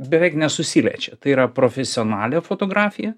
beveik nesusiliečia tai yra profesionalią fotografiją